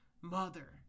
mother